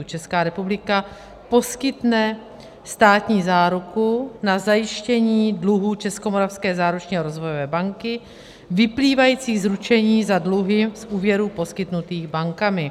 Česká republika poskytne státní záruku na zajištění dluhů Českomoravské záruční a rozvojové banky vyplývajících z ručení za dluhy z úvěrů poskytnutých bankami.